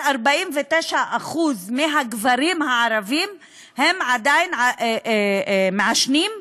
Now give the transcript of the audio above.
49% מהגברים הערבים עדיין מעשנים,